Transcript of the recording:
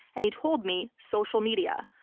and he told me social media.